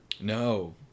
No